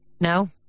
No